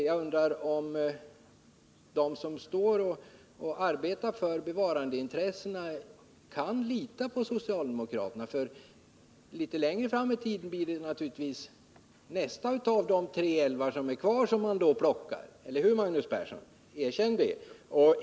Jag undrar om de som arbetar för bevarandeintressena kan lita på socialdemokraterna — för litet längre fram i tiden blir det naturligtvis den nästa av de tre älvar som sedan är kvar som ni då plockar bort. Eller hur, Nr 49 Magnus Persson? Erkänn det!